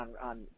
on